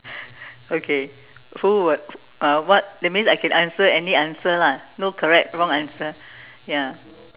okay who what uh what that means I can answer any answer lah no correct wrong answer ya